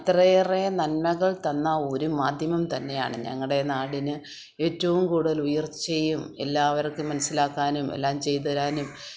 അത്രയേറെ നന്മകൾ തന്ന ഒരു മാധ്യമം തന്നെയാണ് ഞങ്ങളുടെ നാടിന് ഏറ്റവും കൂടുതൽ ഉയർച്ചയും എല്ലാവർക്കും മനസ്സിലാക്കാനും എല്ലാം ചെയ്തു തരാനും